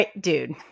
Dude